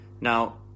Now